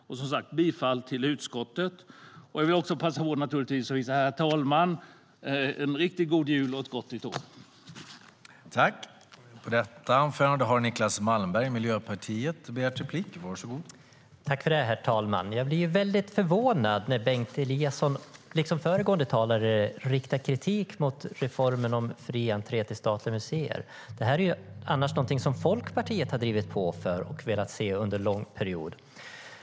Som sagt yrkar jag bifall till utskottets förslag. Jag vill naturligtvis också passa på att önska herr talmannen en riktigt god jul och ett gott nytt år.